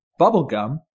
Bubblegum